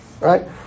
right